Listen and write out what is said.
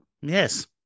Yes